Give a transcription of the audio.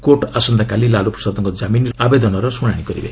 court ଆସନ୍ତାକାଲି ଲାଲୁ ପ୍ରସାଦଙ୍କ ଜାମିନ୍ ଆବେଦନର ଶୁଣାଣି କରିବେ